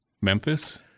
Memphis